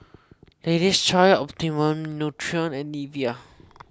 Lady's Choice Optimum Nutrition and Nivea